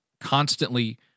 constantly